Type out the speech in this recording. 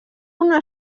una